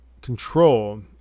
control